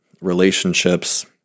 relationships